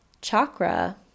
chakra